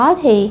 thì